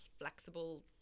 flexible